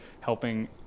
helping